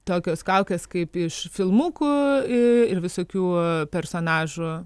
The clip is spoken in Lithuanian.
tokios kaukės kaip iš filmukų ir visokių personažų